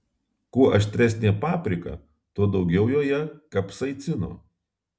kuo aštresnė paprika tuo daugiau joje kapsaicino